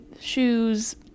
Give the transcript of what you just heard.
shoes